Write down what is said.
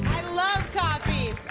i love coffee.